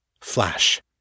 Flash